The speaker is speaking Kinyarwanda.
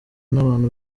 n’abantu